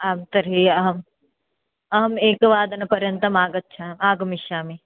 आं तर्हि अहम् अहम् एकवादनपर्यन्तम् आग्च्छामि आगमिष्यामि